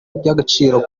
iby’agaciro